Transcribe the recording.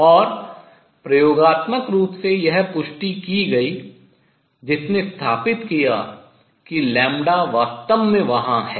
और प्रयोगात्मक रूप से यह पुष्टि की गई जिसने स्थापित किया कि लैम्ब्डा वास्तव में वहां है